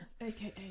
aka